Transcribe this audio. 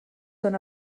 són